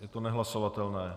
Je to nehlasovatelné.